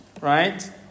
right